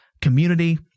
community